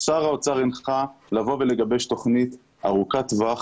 שר האוצר הנחה לגבש תוכנית ארוכת-טווח